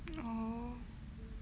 oh